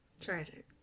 Tragic